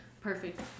perfect